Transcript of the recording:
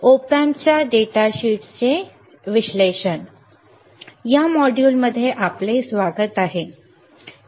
या मॉड्यूलमध्ये आपले स्वागत आहे